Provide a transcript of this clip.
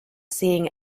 seeing